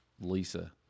Lisa